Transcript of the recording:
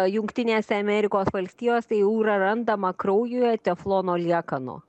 jungtinėse amerikos valstijose jau yra randama kraujuje teflono liekanų